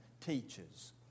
teaches